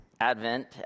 Advent